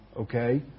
Okay